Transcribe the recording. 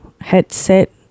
headset